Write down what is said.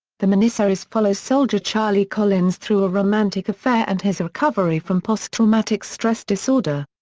the miniseries follows soldier charlie collins through a romantic affair and his recovery from posttraumatic stress disorder.